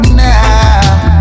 now